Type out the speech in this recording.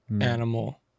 animal